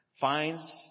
finds